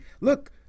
look